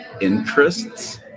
interests